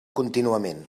contínuament